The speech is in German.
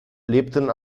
lebten